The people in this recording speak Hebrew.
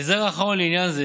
ההסדר האחרון לעניין זה,